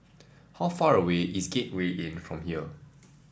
how far away is Gateway Inn from here